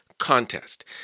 Contest